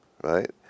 right